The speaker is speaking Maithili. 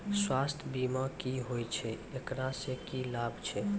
स्वास्थ्य बीमा की होय छै, एकरा से की लाभ छै?